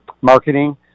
marketing